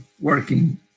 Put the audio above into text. working